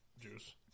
juice